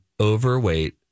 overweight